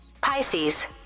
Pisces